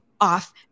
off